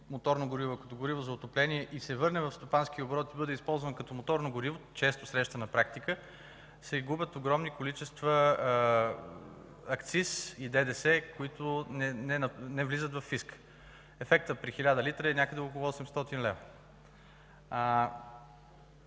като гориво за отопление, и то се върне в стопанския оборот, и бъде използвано като моторно гориво – често срещана практика, се губят огромни количества акциз и ДДС, които не влизат във фиска. Ефектът при 1000 литра е някъде около 800 лв.